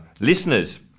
listeners